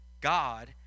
God